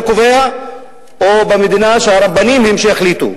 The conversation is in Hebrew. קובעים או במדינה שהרבנים הם שיחליטו?